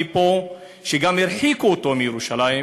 מפה, גם הרחיקו אותו מירושלים.